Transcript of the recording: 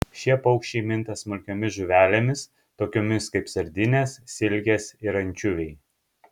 šie paukščiai minta smulkiomis žuvelėmis tokiomis kaip sardinės silkės ir ančiuviai